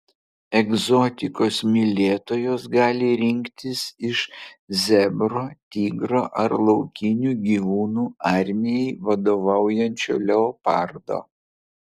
egzotikos mylėtojos gali rinktis iš zebro tigro ar laukinių gyvūnų armijai vadovaujančio leopardo